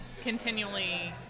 continually